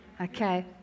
okay